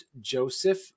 Joseph